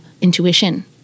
intuition